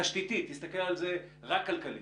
תסתכל על זה רק כלכלית.